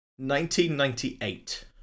1998